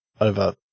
over